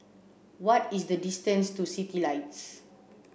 what is the distance to Citylights